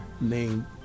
Name